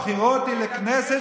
הבחירות הן לכנסת,